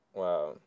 wow